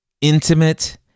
intimate